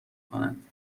کنند